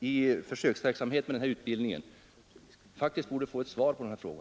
i försöksverksamhet med denna utbildning borde få svar på dessa frågor.